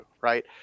right